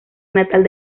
natal